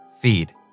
feed